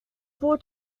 four